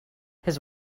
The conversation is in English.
his